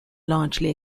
largely